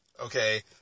Okay